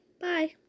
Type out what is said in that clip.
Bye